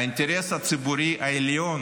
האינטרס הציבורי העליון